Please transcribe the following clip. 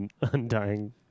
undying